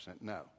No